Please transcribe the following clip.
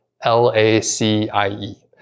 L-A-C-I-E